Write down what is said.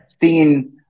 seeing